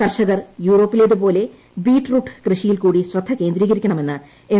കർഷകർ യൂറോപ്പിലേതുപോലെ ബീറ്റ്റൂട്ട് കൃഷിയിൽ കൂടി ശ്രദ്ധ കേന്ദ്രീകരിക്കണമെന്ന് എൻ